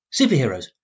superheroes